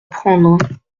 prendre